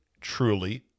truly